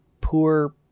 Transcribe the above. poor